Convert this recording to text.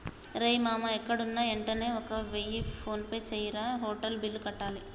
రేయ్ మామా ఎక్కడున్నా యెంటనే ఒక వెయ్య ఫోన్పే జెయ్యిరా, హోటల్ బిల్లు కట్టాల